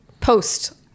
post